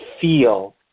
feel